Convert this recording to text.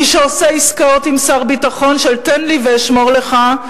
מי שעושה עם שר ביטחון עסקאות של תן לי ואשמור לך,